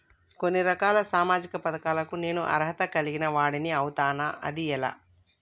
కొన్ని రకాల సామాజిక పథకాలకు నేను అర్హత కలిగిన వాడిని అవుతానా? అది ఎలా?